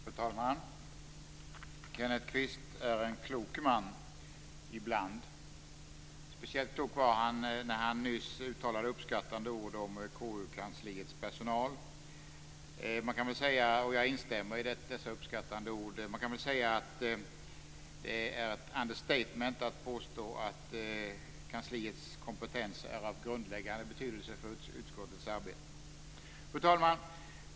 Fru talman! Kenneth Kvist är en klok man - ibland. Speciellt klok var han när han nyss uttalade uppskattande ord om KU-kansliets personal. Jag instämmer i dessa uppskattande ord. Det är ett understatement att påstå att kansliets kompetens är av grundläggande betydelse för utskottets arbete. Fru talman!